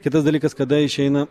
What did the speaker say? kitas dalykas kada išeina